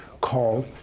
called